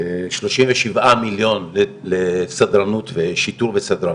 בערך כשלושים ושבעה מיליון לשיטור וסדרנות,